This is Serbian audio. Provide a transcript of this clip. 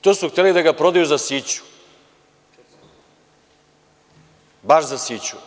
To su hteli da ga prodaju za siću, baš za siću.